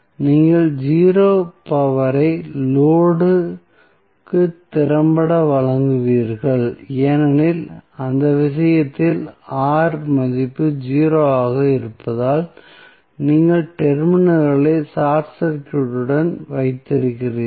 நீங்கள் 0 பவர் ஐ லோடு க்கு திறம்பட வழங்குவீர்கள் ஏனெனில் அந்த விஷயத்தில் R மதிப்பு 0 ஆக இருப்பதால் நீங்கள் டெர்மினல்களை ஷார்ட் சர்க்யூட்டுடன் வைத்திருக்கிறீர்கள்